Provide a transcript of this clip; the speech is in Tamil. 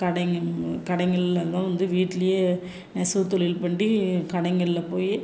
கடைகள் கடைகளில் தான் வந்து வீட்லேயே நெசவு தொழில் பண்ணி கடைகளில் போய்